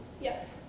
Yes